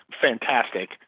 fantastic